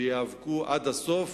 וייאבקו עד הסוף.